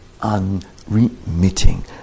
unremitting